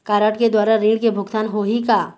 Card के द्वारा ऋण के भुगतान होही का?